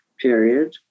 period